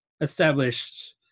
established